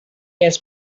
has